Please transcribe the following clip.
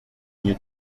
you